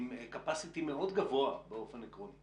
עם capacity מאוד גבוה באופן עקרוני.